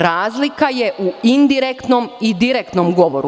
Razlika je u indirektnom i direktnom govoru.